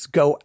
go